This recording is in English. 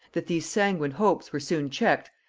that these sanguine hopes were soon checked,